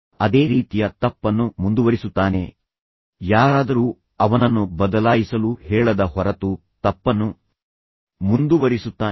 ಅದೇ ರೀತಿಯ ತಪ್ಪನ್ನು ಮುಂದುವರಿಸುತ್ತಾನೆ ಯಾರಾದರೂ ಅವನನ್ನು ಬದಲಾಯಿಸಲು ಹೇಳದ ಹೊರತು ತಪ್ಪನ್ನು ಮುಂದುವರಿಸುತ್ತಾನೆ